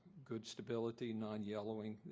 good stability, nonyellowing,